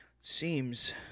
Seems